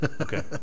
Okay